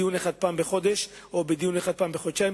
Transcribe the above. בדיון אחד פעם בחודש או בדיון אחד פעם בחודשיים,